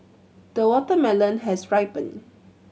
the watermelon has ripened